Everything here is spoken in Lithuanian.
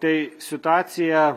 tai situacija